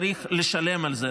צריך לשלם על זה.